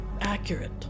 accurate